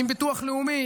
עם ביטוח לאומי,